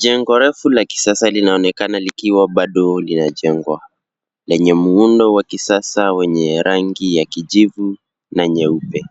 Jengo refu la kisasa linaonekana likiwa bado linajengwa, lenye muundo wa kisasa wenye rangi ya kijivu na nyeupe.